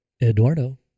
Eduardo